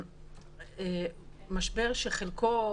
משבר שחלקו